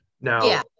now